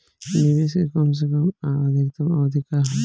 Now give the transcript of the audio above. निवेश के कम से कम आ अधिकतम अवधि का है?